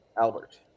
Albert